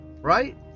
right